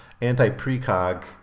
anti-precog